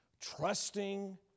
Trusting